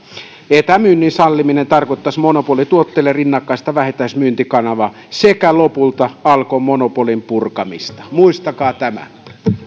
etämyynnin salliminen tarkoittaisi monopolituotteille rinnakkaista vähittäismyyntikanavaa sekä lopulta alkon monopolin purkamista muistakaa tämä